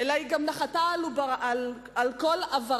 אלא היא גם נחתה על כל איבריו,